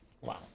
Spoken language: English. wow